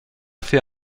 fait